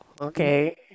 Okay